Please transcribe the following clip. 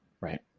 right